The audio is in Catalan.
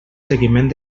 seguiment